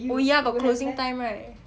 oh ya got closing time right